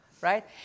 Right